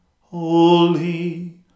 holy